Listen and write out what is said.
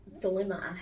dilemma